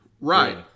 Right